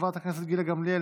חברת הכנסת גילה גמליאל,